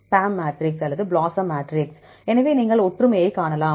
PAM matrix அல்லது BLOSUM matrix எனவே நீங்கள் ஒற்றுமையைக் காணலாம்